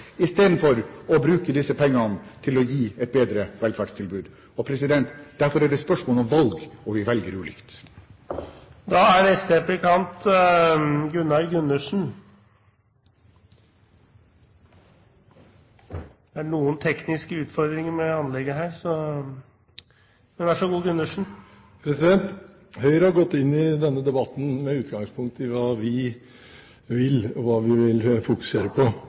de heller velger å bruke bl.a. formuesskatten til å gi skattelette til noen av landets absolutt rikeste, i stedet for å bruke disse pengene til å gi et bedre velferdstilbud. Derfor er det spørsmål om valg, og vi velger ulikt. Høyre har gått inn i denne debatten med utgangspunkt i hva vi vil, og hva vi vil fokusere på.